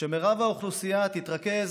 שרוב האוכלוסייה תתרכז